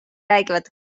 räägivad